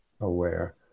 aware